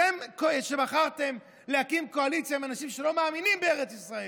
אתם שבחרתם להקים קואליציה עם אנשים שלא מאמינים בארץ ישראל,